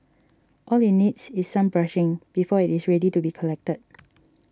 all it needs is some brushing before it is ready to be collected